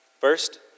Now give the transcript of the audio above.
First